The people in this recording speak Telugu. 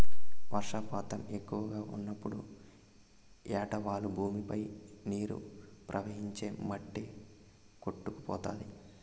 వర్షపాతం ఎక్కువగా ఉన్నప్పుడు ఏటవాలు భూమిపై నీరు ప్రవహించి మట్టి కొట్టుకుపోతాది